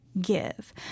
give